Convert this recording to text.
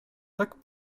tak